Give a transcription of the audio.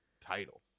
titles